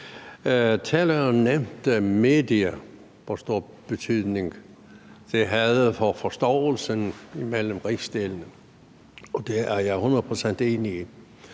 Taleren nævnte medier, og hvor stor betydning det havde for forståelsen imellem rigsdelene, og det er jeg hundrede